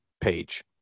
page